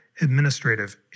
administrative